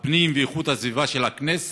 הפנים והגנת הסביבה של הכנסת,